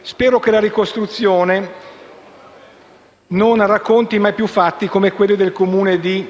Spero che la ricostruzione non racconti mai più fatti come quello del Comune di